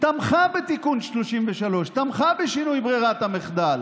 תמכה בתיקון 33, תמכה בשינוי ברירת המחדל.